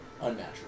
Unnatural